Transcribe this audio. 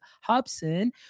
Hobson